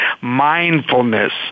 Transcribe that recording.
mindfulness